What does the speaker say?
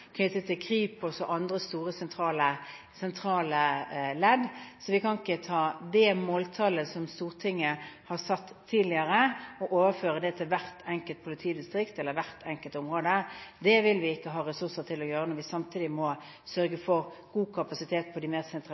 knyttet til Kripos og andre store sentrale ledd, så vi kan ikke ta det måltallet som Stortinget har satt tidligere, og overføre det til hvert enkelt politidistrikt eller hvert enkelt område. Det vil vi ikke ha ressurser til å gjøre når vi samtidig må sørge for god kapasitet på de mer